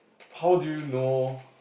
how do you know